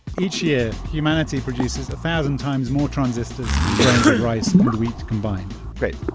each year, humanity produces a thousand times more transistors than grains of rice and wheat combined great.